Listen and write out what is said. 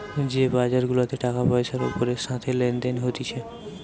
যে বাজার গুলাতে টাকা পয়সার ওপরের সাথে লেনদেন হতিছে